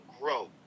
grow